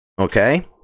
okay